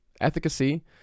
efficacy